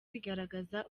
rigaragaza